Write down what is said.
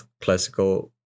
classical